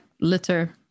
litter